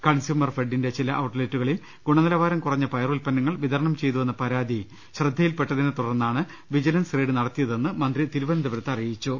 കൺസ്യൂമർഫെഡിന്റെ ചില ഔട്ട്ലെറ്റുകളിൽ ഗുണനില വാരം കുറഞ്ഞ പയർ ഉത്പന്നങ്ങൾ വിതരണം ചെയ്തുവെന്ന പരാതി ശ്രദ്ധയിൽ പെട്ടതിനെ തുടർന്നാണ് വിജിലൻസ് റെയ്ഡ് നടത്തിയതെന്ന് മന്ത്രി തിരുവനന്തപുരത്ത് അറിയിച്ചു